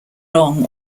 long